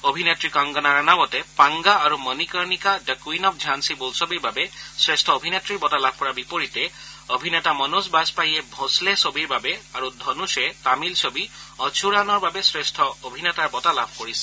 অভিনেত্ৰী কংগনা ৰাণাৱটে পাঙ্গা আৰু মনিকৰ্ণিকা দ্য কুইন অব্ ঝাঁছী বোলছবিৰ বাবে শ্ৰেষ্ঠ অভিনেত্ৰীৰ বঁটা লাভ কৰাৰ বিপৰীতে অভিনেতা মনোজ বাজপেয়ীয়ে ভচলে ছবিৰ বাবে আৰু ধনুষে তামিল ছবি আচুৰানৰ বাবে শ্ৰেষ্ঠ অভিনেতাৰ বঁটা লাভ কৰিছে